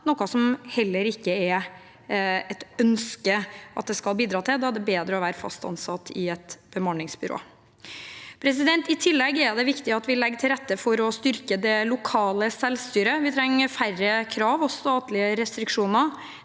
noe det ikke er et ønske at det skal bidra til. Da er det bedre å være fast ansatt i et bemanningsbyrå. I tillegg er det viktig at vi legger til rette for å styrke det lokale selvstyret. Vi trenger færre krav og statlige restriksjoner.